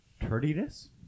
turdiness